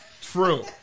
True